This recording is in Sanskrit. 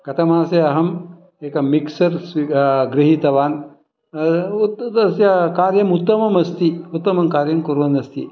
गतमासे अहं एकं मिक्सर् गृहीतवान् तस्य कार्यं उत्तममस्ति उत्तमं कार्यं कुर्वन्नस्ति